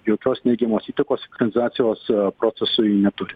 jokios neigiamos įtakos sinchronizacijos procesui neturi